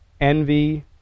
envy